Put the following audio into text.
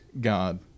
God